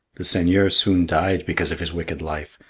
the seigneur soon died because of his wicked life,